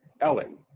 Ellen